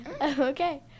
Okay